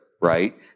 Right